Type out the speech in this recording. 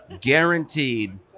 guaranteed